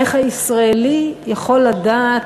איך הישראלי יכול לסמוך